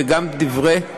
וגם דברי,